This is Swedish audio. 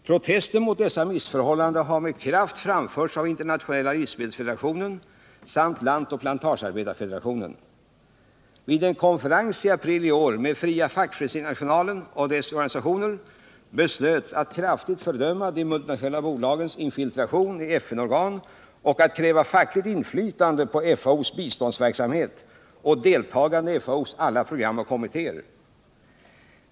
Protester mot dessa missförhållanden har med kraft framförts av Internationella livsmedelsarbetarefederationen samt Lantoch plantagearbetarefederationen. Vid en konferens i april i år med Fria fackföreningsinternationalen och dessa organisationer beslöts att kraftigt fördöma de multinationella bolagens infiltration av FN-organ och att kräva fackligt inflytande på FAO:s biståndsverksamhet och deltagande i FAO:s alla program och kommittéer.